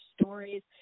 stories